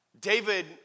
David